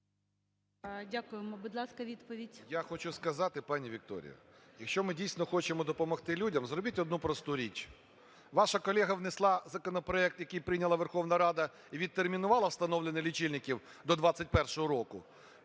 Дякуємо. Будь ласка, відповідь. 10:37:35 РЕВА А.О. Я хочу сказати, пані Вікторія, якщо ми дійсно хочемо допомогти людям, зробіть одну просту річ. Ваша колега внесла законопроект, який прийняла Верховна Рада і відтермінувала встановлення лічильників до 21-го року.